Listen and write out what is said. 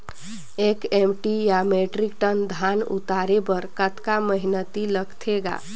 एक एम.टी या metric ton धन उतारे बर कतका मेहनती लगथे ग?